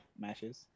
matches